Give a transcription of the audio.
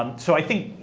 um so i think,